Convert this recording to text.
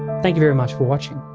thank you very much for watching.